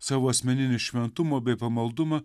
savo asmeninį šventumą bei pamaldumą